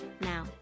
now